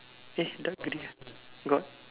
eh it's dark grey got